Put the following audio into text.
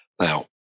Now